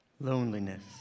loneliness